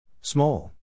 Small